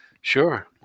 sure